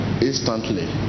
instantly